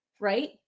right